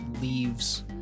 leaves